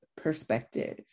perspective